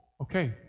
okay